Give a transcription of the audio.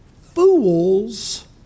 Fools